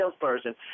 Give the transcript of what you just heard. salesperson